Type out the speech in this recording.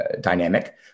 Dynamic